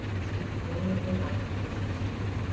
stood the brilliantly lighted christmas-tree,